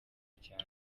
cyane